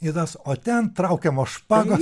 į tas o ten traukiamos špagos